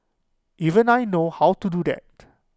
even I know how to do that